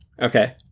Okay